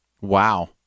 Wow